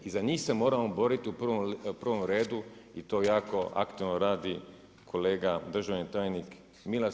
I za njih se moramo boriti u prvom redu i to jako aktivno radi kolega državni tajnik Milas.